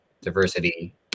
diversity